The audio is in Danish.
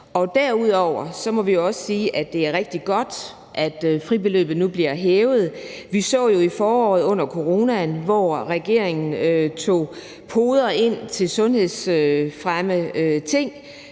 Derudover må vi også sige, at det er rigtig godt, at fribeløbet nu bliver hævet. Vi så jo i foråret under coronaen, hvor regeringen tog podere ind til sundhedsfremmende ting